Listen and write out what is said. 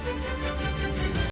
Дякую.